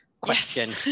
question